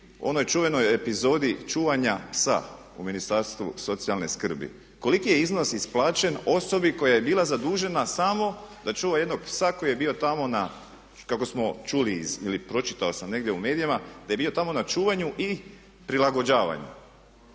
onoj čuvenoj epizodi čuvanja psa u Ministarstvu socijalne skrbi? Koliki je iznos isplaćen osobi koja je bila zadužena samo da čuva jednog psa koji je bio tamo na, kako smo čuli iz ili pročitao sam negdje iz medija da je bio tamo na čuvanju i prilagođavanju